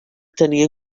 tenir